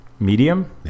Medium